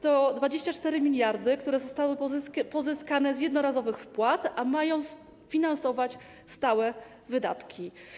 To 24 mld, które zostały pozyskane z jednorazowych wpłat, a mają sfinansować stałe wydatki.